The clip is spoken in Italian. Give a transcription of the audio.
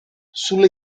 sulle